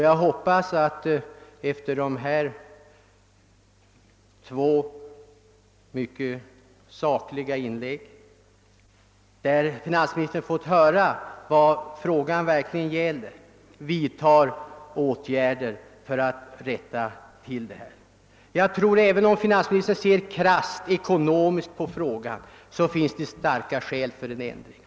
Jag hoppas att finansministern efter att ha avlyssnat dessa två inlägg och fått höra vad frågan verkligen gäller, vidtar åtgärder för att rätta till förhållandena. Även om finansministern ser krasst ekonomiskt på frågan finns det starka skäl för en ändring.